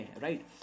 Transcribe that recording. Right